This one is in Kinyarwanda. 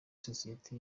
sosiyete